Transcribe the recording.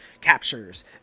captures